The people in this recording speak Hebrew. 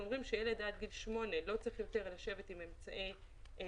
אומרים שילד עד גיל שמונה לא צריך יותר לשבת עם אמצעי בטיחות,